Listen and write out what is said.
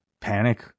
panic